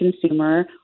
consumer